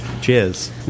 Cheers